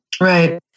Right